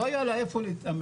לא היה לה איפה להתאמן.